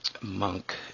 monk